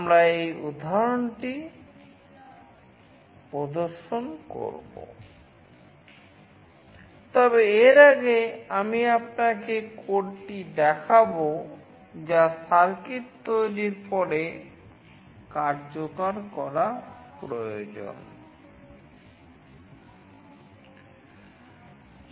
আমরা এই উদাহরণটি প্রদর্শন করব তবে এর আগে আমি আপনাকে কোডটি দেখাব যা সার্কিট তৈরির পরে কার্যকর করা দরকার